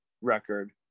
record